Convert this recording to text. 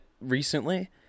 recently